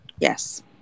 Yes